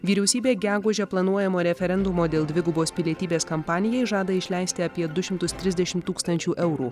vyriausybė gegužę planuojamo referendumo dėl dvigubos pilietybės kampanijai žada išleisti apie du šimtas trisdešimt tūkstančių eurų